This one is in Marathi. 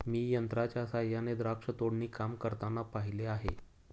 मी यंत्रांच्या सहाय्याने द्राक्ष तोडणी काम करताना पाहिले आहे